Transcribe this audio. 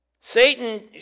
Satan